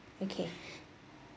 okay